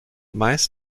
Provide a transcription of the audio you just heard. meist